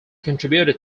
contributed